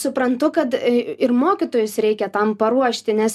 suprantu kad ir mokytojus reikia tam paruošti nes